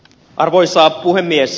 arvoisa puhemies